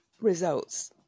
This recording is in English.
results